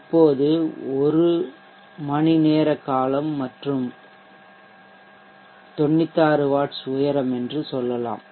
இப்போது இது 1 மணிநேர காலம் மற்றும் அது 96 வாட்ஸ் உயரம் என்று சொல்லலாம்